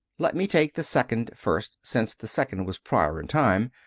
let me take the second first, since the second was prior in time,